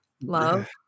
Love